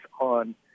on